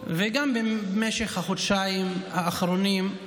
וגם במשך החודשיים האחרונים,